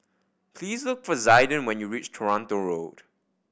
please look for Zaiden when you reach Toronto Road